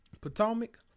Potomac